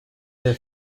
their